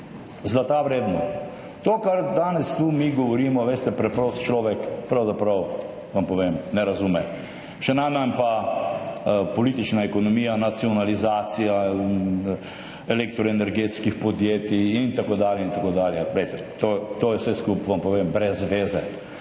Zlata vredno. To, kar danes tu mi govorimo, veste, preprost človek, pravzaprav, vam povem, ne razume. Še najmanj pa politična ekonomija, nacionalizacija elektroenergetskih podjetij in tako dalje in tako dalje. Glejte, to je vse skupaj, vam povem, brez zveze.